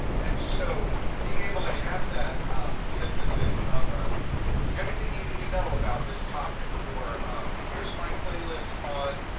and so being able to have that synthesis of ah everything you need to know about this topic, or here's my playlist on